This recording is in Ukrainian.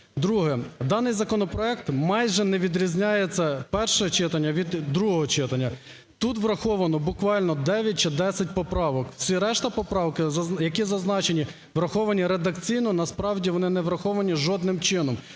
Друге. Даний законопроект майже не відрізняється перше читання від другого читання. Тут враховано буквально 9 чи 10 поправок. Всі решта поправки, які зазначені "враховані редакційно", насправді вони не враховані жодним чином.